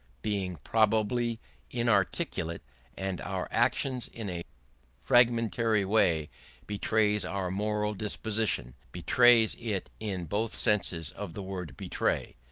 being probably inarticulate and our action in a fragmentary way betrays our moral disposition betrays it in both senses of the word betray,